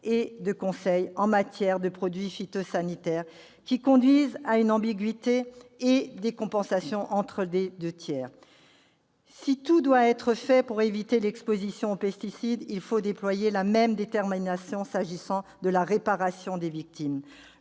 et de conseil en la matière, qui conduisent à une ambiguïté et des compensations entre les deux métiers. Si tout doit être fait pour éviter l'exposition aux pesticides, il faut déployer la même détermination s'agissant de la réparation des victimes.